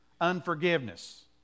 unforgiveness